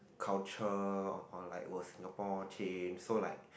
culture or like will Singapore change so like